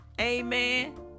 Amen